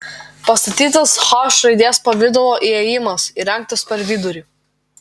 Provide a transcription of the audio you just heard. pastatytas h raidės pavidalo įėjimas įrengtas per vidurį